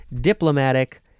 diplomatic